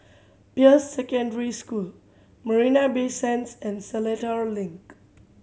Peirce Secondary School Marina Bay Sands and Seletar Link